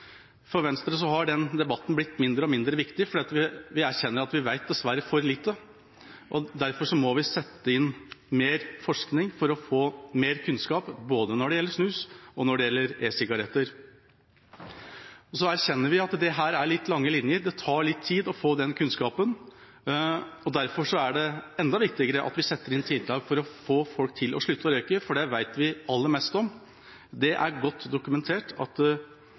mindre viktig fordi vi erkjenner at vi dessverre vet for lite. Derfor må vi sette inn mer forskning for å få mer kunnskap, både når det gjelder snus, og når det gjelder e-sigaretter. Vi erkjenner at det er litt lange linjer. Det tar litt tid å få den kunnskapen. Derfor er det enda viktigere at vi setter inn tiltak for å få folk til å slutte å røyke, for det vet vi aller mest om. Det er godt dokumentert at